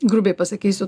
grubiai pasakysiu